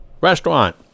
restaurant